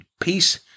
peace